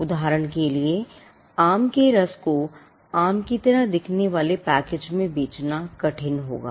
उदाहरण के लिए आम के रस को आम की तरह दिखने वाले पैकेज में बेचना कठिन होगा